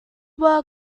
work